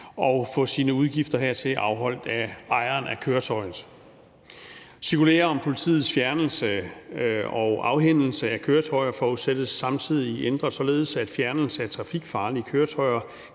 og få sine udgifter hertil afholdt af ejeren af køretøjet. Cirkulære om politiets fjernelse og afhændelse af køretøjer forudsættes samtidig ændret, således at fjernelse af trafikfarlige køretøjer